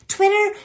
Twitter